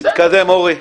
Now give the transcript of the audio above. תתקדם, אורי.